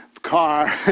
car